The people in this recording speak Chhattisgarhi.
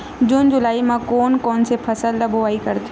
जून जुलाई म कोन कौन से फसल ल बोआई करथे?